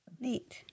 Neat